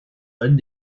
reines